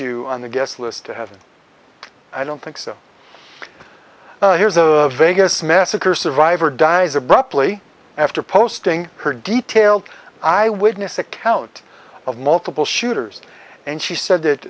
you on the guest list to have an i don't think so here's a vegas massacre survivor dies abruptly after posting her detailed eye witness account of multiple shooters and she said that